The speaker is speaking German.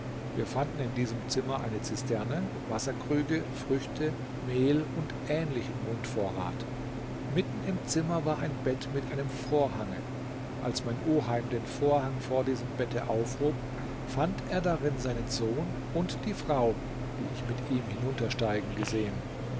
wir fanden in diesem zimmer eine zisterne wasserkrüge früchte mehl und ähnlichen mundvorrat mitten im zimmer war ein bett mit einem vorhange als mein oheim den vorhang vor diesem bette aufhob fand er darin seinen sohn und die frau die ich mit ihm hinuntersteigen gesehen